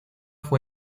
fue